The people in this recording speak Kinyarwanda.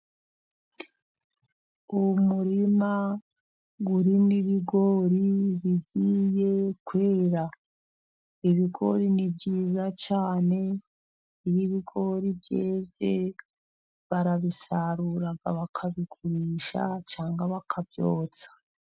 Umurima urimo ibigori bigiye kwera. Ibigori ni byiza cyane. Iyo ibigori byeze barabisarura, bakabigurisha cyangwa bakabyotsa.